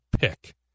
pick